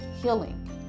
healing